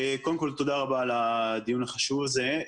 קודם כל תודה רבה על הדיון החשוב הזה.